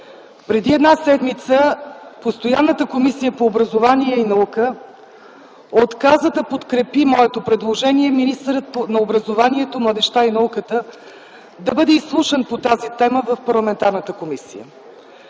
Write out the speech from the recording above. Преди една седмица постоянната Комисия по образование и наука отказа да подкрепи моето предложение министърът на образованието, младежта и науката да бъде изслушан по тази тема в парламентарната комисия.